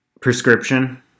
Prescription